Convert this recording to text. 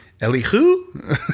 Elihu